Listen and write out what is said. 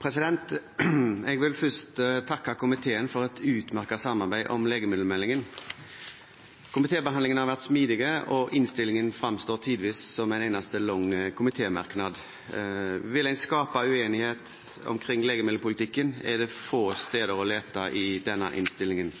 vedtatt. Jeg vil først takke komiteen for et utmerket samarbeid om legemiddelmeldingen. Komitébehandlingen har vært smidig, og innstillingen fremstår tidvis som en eneste lang komitémerknad. Vil en skape uenighet omkring legemiddelpolitikken, er det få steder å lete i denne innstillingen.